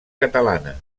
catalana